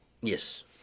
Yes